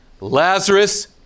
Lazarus